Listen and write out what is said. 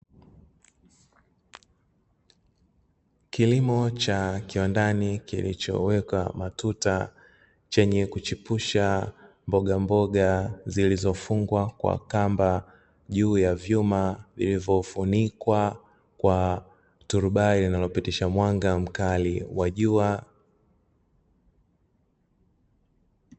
Kilimo cha kiwandani kilichowekwa matuta, chenye kuchipusha mboga mboga zilizofungwa kwa kamba, juu ya vyuma vilivyofunikwa kwa turubai linalopitisha mwanga mkali wa jua.